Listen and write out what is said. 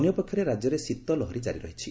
ଅନ୍ୟପକ୍ଷରେ ରାଜ୍ୟରେ ଶୀତଲହରୀ ଜାରି ରହିଛି